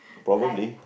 like